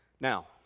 Now